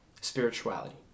spirituality